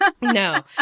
No